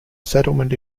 settlement